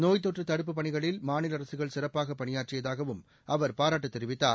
நோய்த்தொற்று தடுப்புப் பணிகளில் மாநில அரசுகள் சிறப்பாக பணியாற்றியதாகவும் அவர் பாராட்டு தெரிவித்தார்